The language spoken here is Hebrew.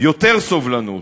יותר סובלנות,